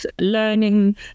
Learning